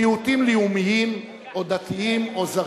מיעוטים לאומיים, או דתיים, או זרים.